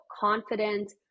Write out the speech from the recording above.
confident